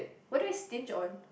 what I stinge on